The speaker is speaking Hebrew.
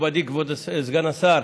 מכובדי כבוד סגן השר,